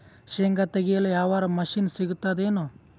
ಶೇಂಗಾ ತೆಗೆಯಲು ಯಾವರ ಮಷಿನ್ ಸಿಗತೆದೇನು?